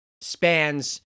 spans